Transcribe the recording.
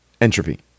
Entropy